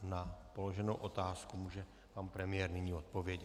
Na položenou otázku může pan premiér nyní odpovědět.